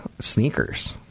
sneakers